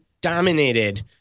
dominated